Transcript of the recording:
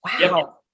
Wow